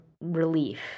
relief